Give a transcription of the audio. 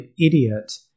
idiot